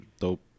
dope